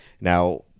Now